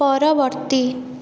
ପରବର୍ତ୍ତୀ